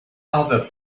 other